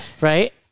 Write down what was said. right